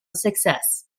success